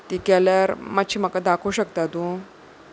ती केल्यार मातशी म्हाका दाखोवं शकता तूं